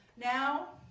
now,